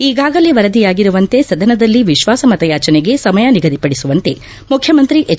ಈಗಾಗಲೇ ವರದಿಯಾಗಿರುವಂತೆ ಸದನದಲ್ಲಿ ವಿಶ್ವಾಸಮತ ಯಾಚನೆಗೆ ಸಮಯ ನಿಗದಿಪಡಿಸುವಂತೆ ಮುಖ್ಯಮಂತ್ರಿ ಎಚ್